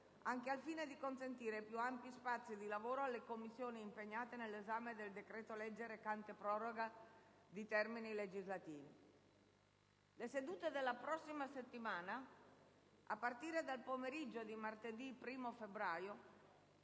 anche al fine di consentire più ampi spazi di lavoro alle Commissioni impegnate nell'esame del decreto-legge recante proroga di termini legislativi. Le sedute della prossima settimana, a partire dal pomeriggio di martedì 1° febbraio,